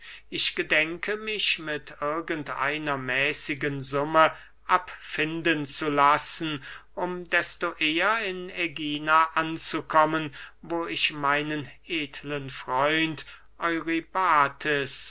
ich gedenke mich mit irgend einer mäßigen summe abfinden zu lassen um desto eher in ägina anzukommen wo ich meinen edeln freund